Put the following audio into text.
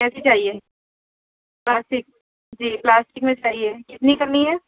کیسی چاہیے پلاسٹک جی پلاسٹک میں چاہیے کتنی کرنی ہیں